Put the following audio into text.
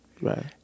Right